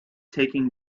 taking